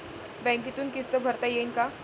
बँकेतून किस्त भरता येईन का?